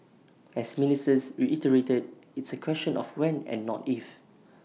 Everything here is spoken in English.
as ministers reiterated it's A question of when and not if